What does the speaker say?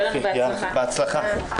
שיהיה בהצלחה.